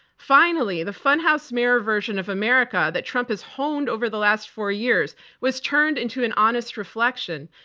finally, the funhouse mirror version of america that trump has honed over the last four years was turned into an honest reflection,